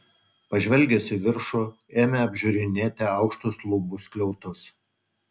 pažvelgęs į viršų ėmė apžiūrinėti aukštus lubų skliautus